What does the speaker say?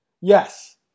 yes